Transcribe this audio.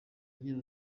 agira